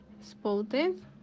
spotted